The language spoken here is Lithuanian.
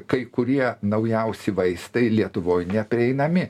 kai kurie naujausi vaistai lietuvoj neprieinami